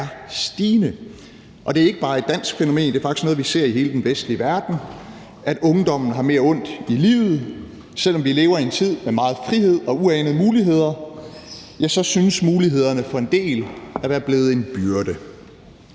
stigende, og det er ikke bare et dansk fænomen, det er faktisk noget, vi ser i hele den vestlige verden, at ungdommen har mere ondt i livet. Selv om vi lever i en tid med meget frihed og uanede muligheder, ja, så synes mulighederne for en del at være blevet en byrde.